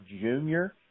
junior